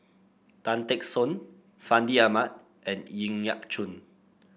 Tan Teck Soon Fandi Ahmad and Ng Yat Chuan